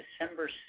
December